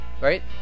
Right